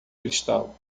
cristal